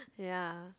ya